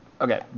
Okay